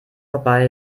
vorbei